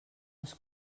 els